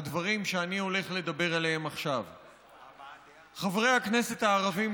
ראשון הדוברים, חבר הכנסת דב חנין.